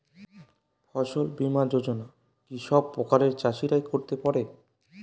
ফসল বীমা যোজনা কি সব প্রকারের চাষীরাই করতে পরে?